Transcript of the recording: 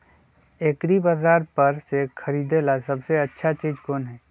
एग्रिबाजार पर से खरीदे ला सबसे अच्छा चीज कोन हई?